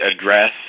address